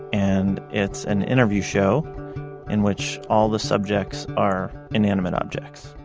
and it's an interview show in which all the subjects are inanimate objects.